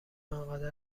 آنقدر